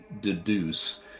deduce